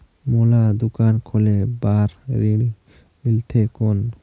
मोला दुकान खोले बार ऋण मिलथे कौन?